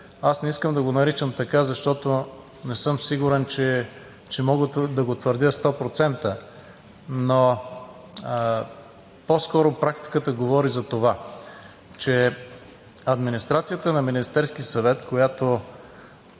– да го наричам така, защото не съм сигурен, че мога да го твърдя 100%. По-скоро практиката говори за това, че администрацията на Министерския съвет, която